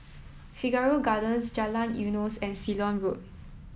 Figaro Gardens Jalan Eunos and Ceylon Road